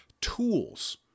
tools